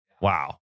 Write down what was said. wow